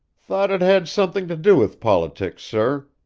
thought it had something to do with politics, sir.